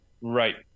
Right